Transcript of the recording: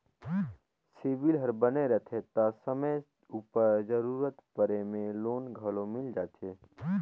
CIBIL हर बने रहथे ता समे उपर जरूरत परे में लोन घलो मिल जाथे